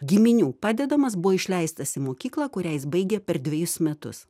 giminių padedamas buvo išleistas į mokyklą kurią jis baigė per dvejus metus